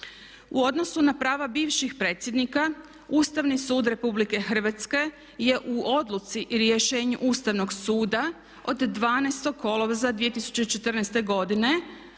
U odnosu na prava bivših predsjednika Ustavni sud Republike Hrvatske je u odluci i rješenju Ustavnog suda od 12. kolovoza 2014. godine